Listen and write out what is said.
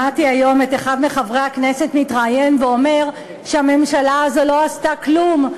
שמעתי היום את אחד מחברי הכנסת מתראיין ואומר שהממשלה הזו לא עשתה כלום,